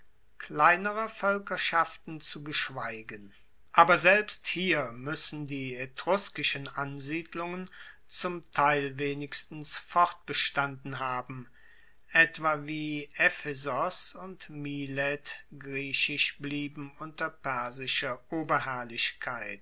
kleinerer voelkerschaften zu geschweigen aber selbst hier muessen die etruskischem ansiedlungen zum teil wenigstens fortbestanden haben etwa wie ephesos und milet griechisch blieben unter persischer